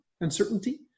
uncertainty